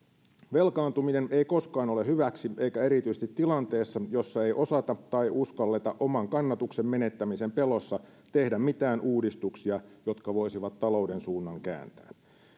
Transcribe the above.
velkaantuminen ei koskaan ole hyväksi eikä erityisesti tilanteessa jossa ei osata tai uskalleta oman kannatuksen menettämisen pelossa tehdä mitään uudistuksia jotka voisivat talouden suunnan kääntää